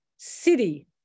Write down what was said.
City